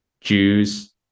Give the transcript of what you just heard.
jews